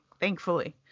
thankfully